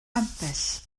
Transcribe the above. ambell